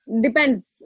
Depends